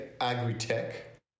agri-tech